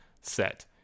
set